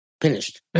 Finished